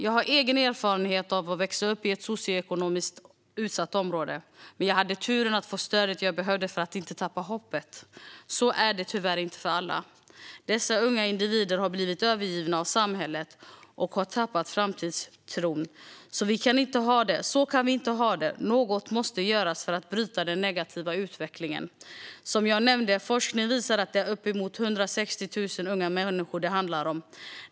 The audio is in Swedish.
Jag har egen erfarenhet av att växa upp i ett socioekonomiskt utsatt område, men jag hade turen att få stödet jag behövde för att inte tappa hoppet. Så är det tyvärr inte för alla. Dessa unga individer har blivit övergivna av samhället och har tappat framtidstron. Så kan vi inte ha det. Något måste göras för att bryta denna negativa utveckling. Som jag nämnde visar forskning att det är uppemot 160 000 unga människor som det handlar om.